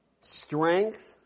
strength